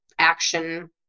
action